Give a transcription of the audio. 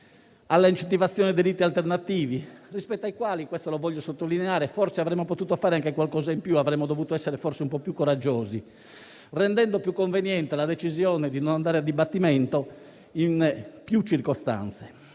all'incentivazione dei riti alternativi, rispetto ai quali - questo lo voglio sottolineare - forse avremmo potuto fare anche qualcosa in più; avremmo dovuto essere forse un po' più coraggiosi, rendendo più conveniente la decisione di non andare a dibattimento in più circostanze.